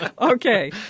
Okay